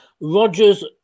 Rogers